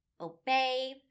obey